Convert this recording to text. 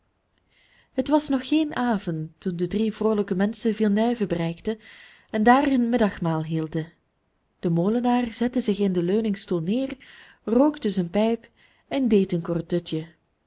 het was nog geen avond toen de drie vroolijke menschen villeneuve bereikten en daar hun middagmaal hielden de molenaar zette zich in den leuningstoel neer rookte zijn pijp en deed een kort dutje